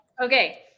Okay